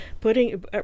putting